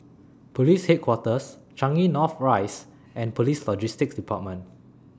Police Headquarters Changi North Rise and Police Logistics department